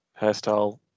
hairstyle